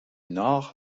nord